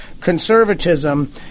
conservatism